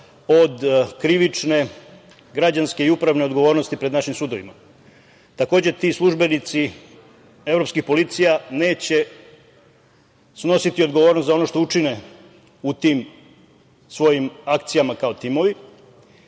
od krivične, građanske i upravne odgovornosti pred našim sudovima. Takođe, ti službenici evropskih policija neće snositi odgovornost za ono što učine u tim svojim akcijama, kao timovi